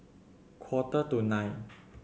quarter to nine